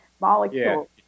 molecule